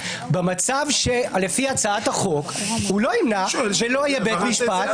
במצב של הצעת החוק הוא לא ימנע ולא יהיה בית משפט.